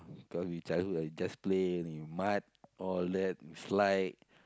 cause we childhood I just play only mud all that slide